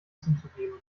zuzugeben